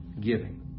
giving